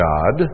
God